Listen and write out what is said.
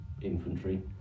infantry